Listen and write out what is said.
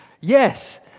Yes